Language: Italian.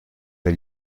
per